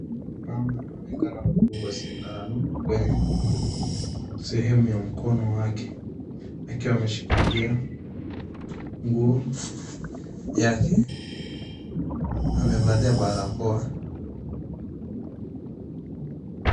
Mama anaonekana kudungwa sindano kwenye sehemu ya mkono wake akiwa ameshikilia nguo yake amevalia barakoa.